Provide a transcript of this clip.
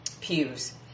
pews